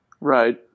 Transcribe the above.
Right